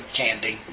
candy